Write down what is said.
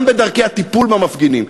גם בדרכי הטיפול במפגינים,